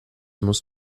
musst